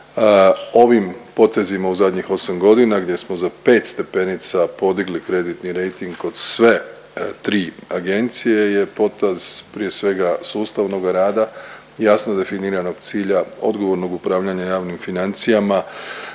Ovim potezima u zadnjih osam godina gdje smo za pet stepenica podigli kreditni rejting kod sve tri agencije je potez prije svega sustavnoga rada, jasno definiranog cilja, odgovornog upravljanja javnim financijama,